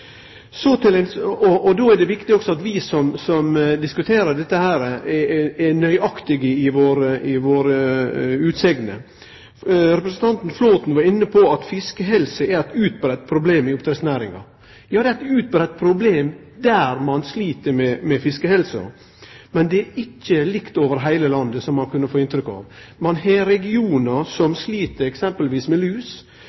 Då er det viktig at vi som diskuterer dette, er nøyaktige i våre utsegner. Representanten Flåtten var inne på at fiskehelse er eit utbreitt problem i oppdrettsnæringa. Ja, det er eit utbreitt problem der ein slit med fiskehelsa, men det er ikkje likt over heile landet, som ein kunne få inntrykk av. Ein har regionar